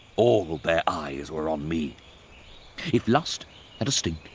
all their eyes were on me if lust had a stink,